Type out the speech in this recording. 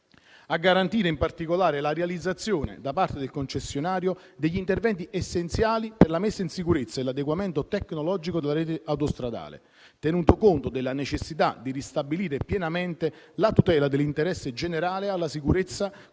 a garantire, in particolare, la realizzazione da parte del concessionario degli interventi essenziali per la messa in sicurezza e l'adeguamento tecnologico della rete autostradale, tenuto conto della necessità di ristabilire pienamente la tutela dell'interesse generale alla sicurezza come